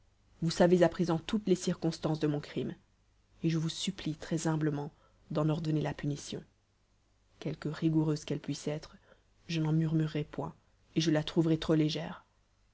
vous savez à présent toutes les circonstances de mon crime et je vous supplie très humblement d'en ordonner la punition quelque rigoureuse qu'elle puisse être je n'en murmurerai point et je la trouverai trop légère